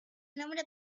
nombre